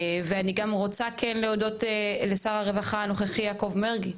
אני רוצה להודות לשר הרווחה הנוכחי, יעקב מרגי,